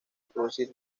producir